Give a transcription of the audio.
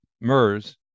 MERS